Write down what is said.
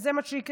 וזה מה שיקרה.